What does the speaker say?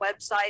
website